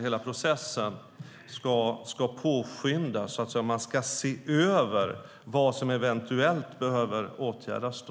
hela processen påskyndas. Man ska se över vad som eventuellt behöver åtgärdas.